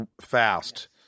fast